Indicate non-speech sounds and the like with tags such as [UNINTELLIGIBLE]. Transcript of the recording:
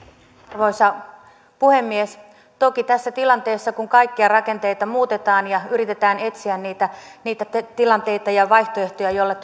arvoisa puhemies toki tässä tilanteessa kun kaikkia rakenteita muutetaan ja yritetään etsiä niitä niitä tilanteita ja vaihtoehtoja joilla [UNINTELLIGIBLE]